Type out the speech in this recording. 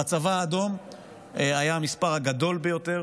בצבא האדום היה המספר הגדול ביותר